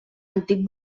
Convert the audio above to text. antic